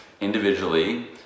individually